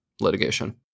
litigation